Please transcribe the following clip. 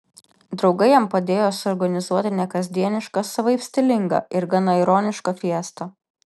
draugai jam padėjo suorganizuoti nekasdienišką savaip stilingą ir gana ironišką fiestą